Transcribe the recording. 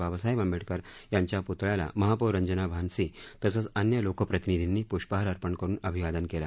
बाबासाहेब आंबेडकर यांच्या पुतळ्याला महापौर रंजना भानसी तसंच अन्य लोकप्रतिनिधींनी पुष्पहार अर्पण करून अभिवादन केलं